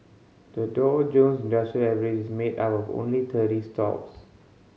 the Dow Jones Industrial Average is made up of only thirty stocks